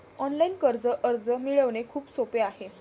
online कर्ज अर्ज मिळवणे खूप सोपे आहे